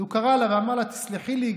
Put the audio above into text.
אז הוא קרא לה ואמר לה: תסלחי לי,